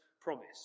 promise